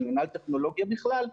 של מינהל טכנולוגיה בכלל,